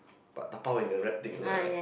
but dabao in the wrap thing also I like